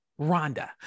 Rhonda